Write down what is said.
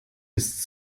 ist